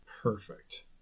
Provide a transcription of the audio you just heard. Perfect